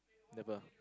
never